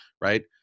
Right